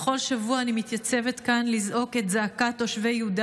בכל שבוע אני מתייצבת כאן לזעוק את זעקת תושבי יהודה